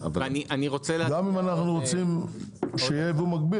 בשביל זה שאנחנו רוצים שיהיה ייבוא מקביל